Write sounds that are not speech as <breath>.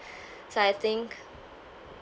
<breath> so I think